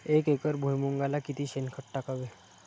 एक एकर भुईमुगाला किती शेणखत टाकावे?